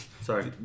Sorry